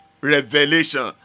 revelation